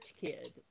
kid